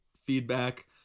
feedback